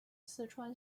四川